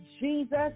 Jesus